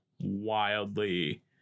wildly